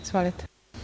Izvolite.